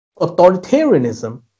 authoritarianism